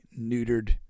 neutered